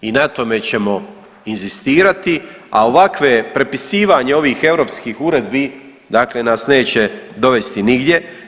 I na tome ćemo inzistirati, a ovakve, prepisivanje ovih europskih uredbi dakle nas neće dovesti nigdje.